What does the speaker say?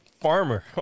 farmer